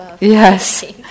Yes